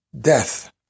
death